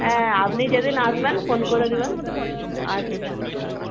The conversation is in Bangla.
হ্যাঁ আপনি যেদিন আসবেন ফোন করে দেবেন আচ্ছা রাখ